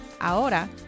Ahora